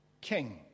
king